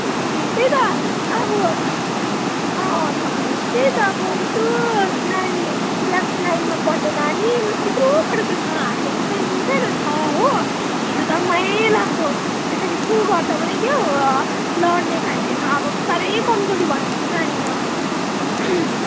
ए त्यही त अब सर त्यही त अब यत्रो नानी क्लास नाइनमा पढ्ने नानी यत्रो पढेको छ हातहरू सानो सानो छ हो हेर्दा माया लाग्दो यसरी फु गर्दा पनि के हो लड्ने खाले छ अब साह्रै कमजोरी भयो नि त्यो नानी त